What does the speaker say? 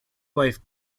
wife